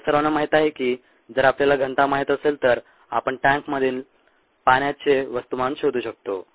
आपल्या सर्वांना माहित आहे की जर आपल्याला घनता माहित असेल तर आपण टँकमधील पाण्याचे वस्तुमान शोधू शकतो